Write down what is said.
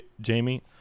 Jamie